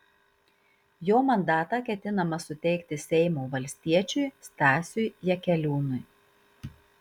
jo mandatą ketinama suteikti seimo valstiečiui stasiui jakeliūnui